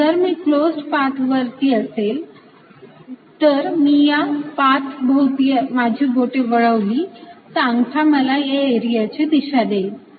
तर जर मी क्लोस्ड पाथ वरती असेल तर मी या पाथ भोवती माझी बोटे वळवली तर अंगठा मला या एरियाची दिशा देईल